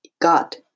god